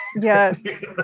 Yes